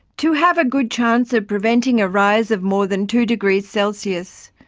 to have a good chance of preventing a rise of more than two degree celsius,